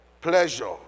Pleasure